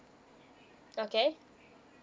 okay